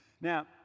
Now